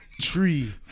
tree